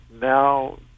now